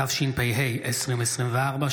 התשפ"ה 2024,